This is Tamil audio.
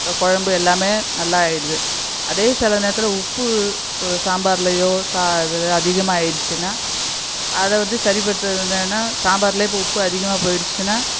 க குழம்பு எல்லாமே நல்லாயிடுது அதே சில நேரத்தில் உப்பு ஒரு சாம்பார்லையோ சா எதிலையோ அதிகமாக ஆயிடுச்சினால் அதை வந்து சரி படுத்துவது வந்து என்னென்னா சாம்பார்லே இப்போ உப்பு அதிகமாக போயிடுச்சினால்